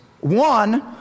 One